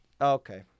Okay